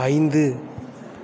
ஐந்து